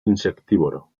insectívoro